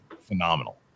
phenomenal